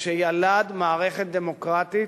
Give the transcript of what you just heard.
שהוליד מערכת דמוקרטית,